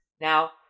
Now